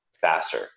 faster